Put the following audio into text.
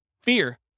Fear